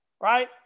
right